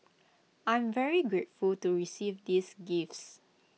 I'm very grateful to receive these gifts